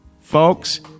Folks